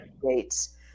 creates